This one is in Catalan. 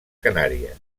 canàries